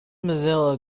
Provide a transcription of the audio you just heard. mozilla